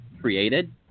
created